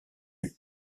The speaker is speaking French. entre